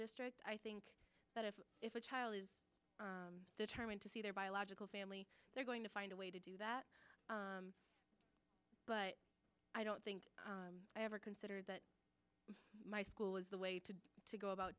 district i think that if if a child is determined to see their biological family they're going to find a way to do that but i don't think i ever considered that my school was the way to to go about